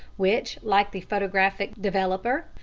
which, like the photographic developer,